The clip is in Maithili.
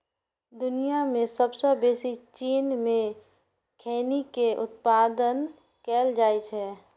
दुनिया मे सबसं बेसी चीन मे खैनी के उत्पादन कैल जाइ छै